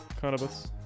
cannabis